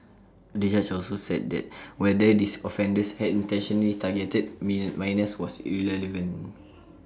the judge also said that whether these offenders had intentionally targeted minors was irrelevant